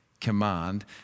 command